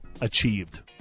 Achieved